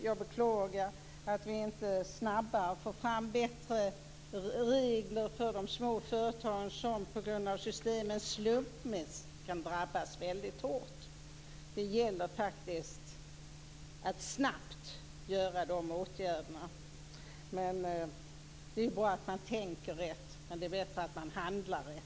Jag beklagar att vi inte snabbare får fram bättre regler för de små företagen, som på grund av systemet slumpmässigt kan drabbas väldigt hårt. Det gäller att snabbt vidta de åtgärderna. Det är bra att man tänker rätt, men det är bättre att man handlar rätt.